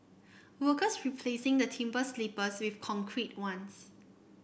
workers replacing the timber sleepers with concrete ones